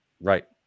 right